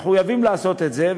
מחויבים לעשות את זה,